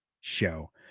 show